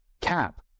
cap